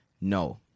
no